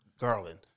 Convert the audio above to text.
Garland